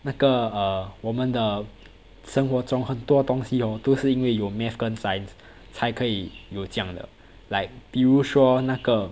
那个 err 我们的生活中很多东西哦都是因为有 math 跟 science 才可以有这样的 like 比如说那个